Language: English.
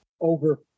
over